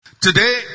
Today